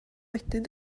wedyn